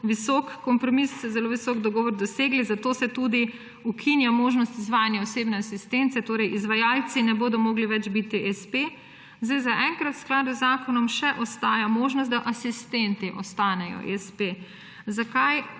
visok kompromis, zelo visok dogovor dosegli. Zato se tudi ukinja možnost izvajanja osebne asistence, torej izvajalci ne bodo mogli več biti espeji. Zdaj zaenkrat v skladu z zakonom še ostaja možnost, da asistenti stanejo espeji. Zakaj?